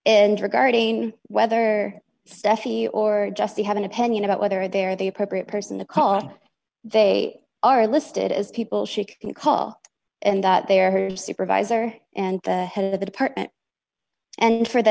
and regarding whether stephanie or just you have an opinion about whether they're the appropriate person to call on they are listed as people she can call and that they are her supervisor and the head of the department and for th